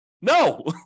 No